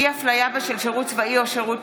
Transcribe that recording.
אי-הפליה בשל שירות צבאי או שירות